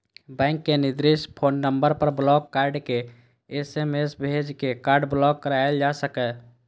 bank के निर्दिष्ट phone number पर ब्लॉक कार्ड के एस.एम.एस भेज के कार्ड ब्लॉक कराएल जा सकैए